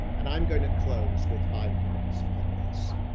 and i'm going to close with five minutes on this.